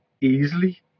easily